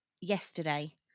Yesterday